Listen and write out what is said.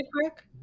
quick